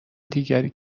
دیگری